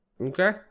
Okay